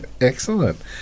Excellent